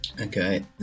Okay